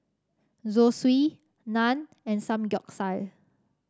Zosui Naan and Samgyeopsal